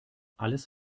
alles